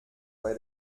bei